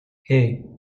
hey